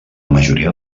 majoria